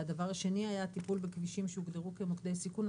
הדבר השני היה טיפול בכבישים שהוגדרו כמוקדי סיכון.